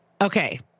okay